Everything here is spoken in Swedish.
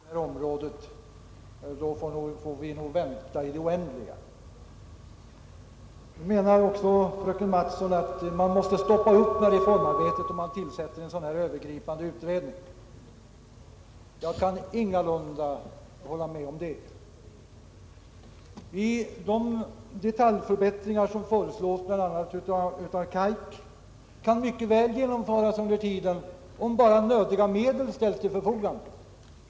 Herr talman! Om vi skall vänta till dess att allt forskningsarbete på detta område har avslutats, så får vi nog vänta i det oändliga. Nu menar fröken Mattson att man måste stoppa upp reformverksam heten, om man tillsätter en sådan här övergripande utredning. Jag kan ingalunda hålla med om det. De detaljförbättringar som föreslås bl.a. av KAIK kan mycket väl genomföras under tiden, om bara nödiga medel ställs till förfogande.